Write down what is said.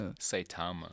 Saitama